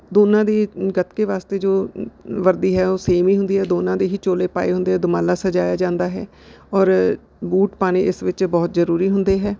ਦੋਨਾਂ ਦੇ ਗੱਤਕੇ ਵਾਸਤੇ ਜੋ ਵਰਦੀ ਹੈ ਉਹ ਸੇਮ ਹੀ ਹੁੰਦੀ ਹੈ ਦੋਨਾਂ ਦੇ ਹੀ ਚੋਲੇ ਪਾਏ ਹੁੰਦੇ ਆ ਦੁਮਾਲਾ ਸਜਾਇਆ ਜਾਂਦਾ ਹੈ ਔਰ ਬੂਟ ਪਾਣੇ ਇਸ ਵਿੱਚ ਬਹੁਤ ਜ਼ਰੂਰੀ ਹੁੰਦੇ ਹੈ